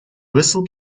whistle